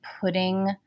putting